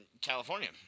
california